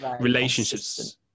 relationships